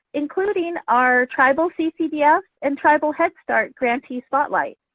including our tribal ccdf and tribal head start grantee spotlights.